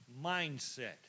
mindset